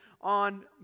on